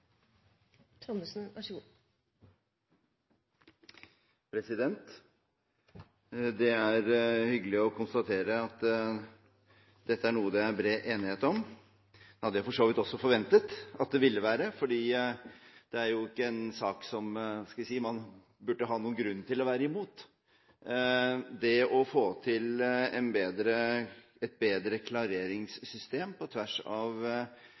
jeg for så vidt også forventet at det ville være, for det er jo ikke en sak som – hva skal jeg si – man burde ha noen grunn til å være imot. Det å få til et bedre klareringssystem på tvers av